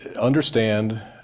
understand